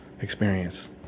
experience